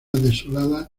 desolada